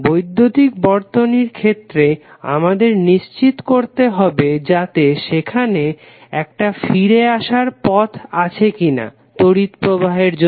বৈদ্যুতিক বর্তনীর ক্ষেত্রে আমাদের নিশ্চিত করতে হবে যাতে সেখানে একটা ফিরে আসার পথ আছে কিনা তড়িৎ প্রবাহের জন্য